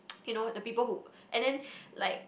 you know the people who and then like